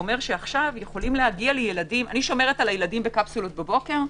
אני שומרת על הילדים בקפסולות בבוקר,